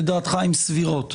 לדעתך הן סבירות,